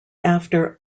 after